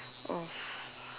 of